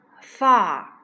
far